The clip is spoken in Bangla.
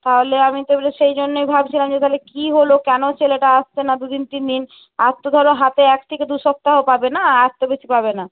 তাহলে আমি তো বলি সেই জন্যই ভাবছিলাম যে তাহলে কী হলো কেনো ছেলেটা আসছে না দুদিন তিন দিন আর তো ধরো হাতে এক থেকে দুসপ্তাহ পাবে না আর তো বেশি পাবে না